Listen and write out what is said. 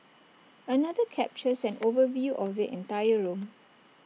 another captures an overview of the entire room